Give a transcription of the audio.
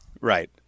right